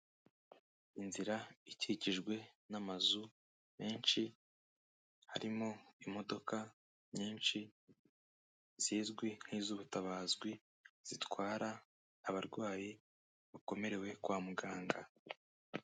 Inzira ikikijwe n'amazu menshi, harimo imodoka nyinshi zizwi nk'iz'ubutabazi zitwara abarwayi bakomerewe kwa muganga.